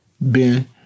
Ben